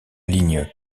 ligne